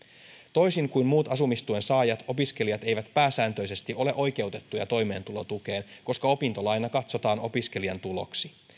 toisin kuin muut asumistuen saajat opiskelijat eivät pääsääntöisesti ole oikeutettuja toimeentulotukeen koska opintolaina katsotaan opiskelijan tuloksi